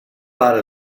out